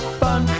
fun